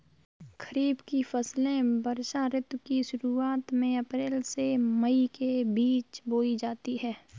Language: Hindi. खरीफ की फसलें वर्षा ऋतु की शुरुआत में अप्रैल से मई के बीच बोई जाती हैं